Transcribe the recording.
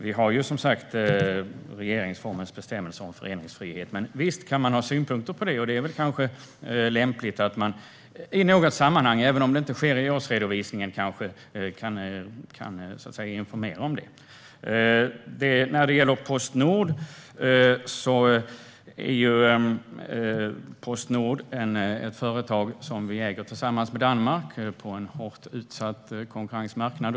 Vi har, som sagt, regeringsformens bestämmelser om föreningsfrihet. Men visst kan man ha synpunkter på det. Det är kanske lämpligt att företagen i något sammanhang, även om det kanske inte sker i årsredovisningen, kan informera om detta. Postnord är ett företag som vi äger tillsammans med Danmark på en hårt konkurrensutsatt marknad.